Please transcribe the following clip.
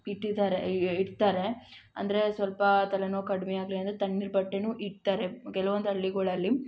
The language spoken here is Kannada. ಇಟ್ಟಿದ್ದಾರೆ ಇಡ್ತಾರೆ ಅಂದರೆ ಸ್ವಲ್ಪ ತಲೆನೋವು ಕಡಿಮೆಯಾಗ್ಲಿ ಅಂದರೆ ತಣ್ಣೀರು ಬಟ್ಟೇನೂ ಇಡ್ತಾರೆ ಕೆಲವೊಂದು ಹಳ್ಳಿಗಳಲ್ಲಿ